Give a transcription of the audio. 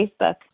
Facebook